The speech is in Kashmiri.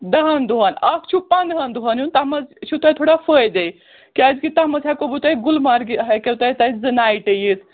دَہَن دۄہَن اَکھ چھُ پنٛداہَن دۄہَن ہنٛد تَتھ منٛز چھُ تۄہہِ تھوڑا فٲیدے کیٛازِکہِ تَتھ منٛز ہیٚکو بہٕ تۄہہِ گُلمَرگہِ ہیٚکو تۄہہِ تتہِ زٕ نایٹہٕ یِتھ